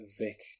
Vic